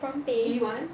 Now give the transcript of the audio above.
prawn paste